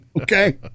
Okay